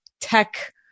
tech